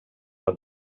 var